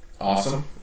Awesome